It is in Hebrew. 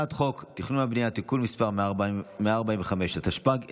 חוק התכנון והבנייה (תיקון מס' 145), התשפ"ג 2023,